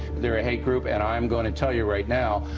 they're a hate group, and i'm going to tell you right now,